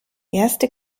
erste